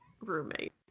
roommate